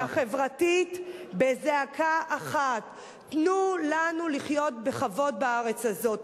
מכל הקשת הפוליטית והחברתית בזעקה אחת: תנו לנו לחיות בכבוד בארץ הזאת.